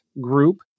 Group